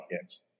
games